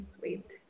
wait